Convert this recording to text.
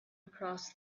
across